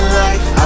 life